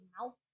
mouth